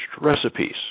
Recipes